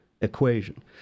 equation